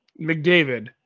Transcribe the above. McDavid